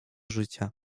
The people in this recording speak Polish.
życia